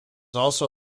also